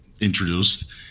introduced